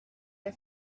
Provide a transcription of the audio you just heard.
les